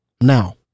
Now